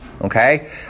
Okay